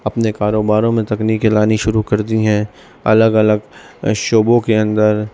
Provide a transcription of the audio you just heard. اپنے کاروباروں میں تکنیکیں لانی شروع کر دی ہیں الگ الگ شعبوں کے اندر